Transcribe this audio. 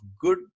good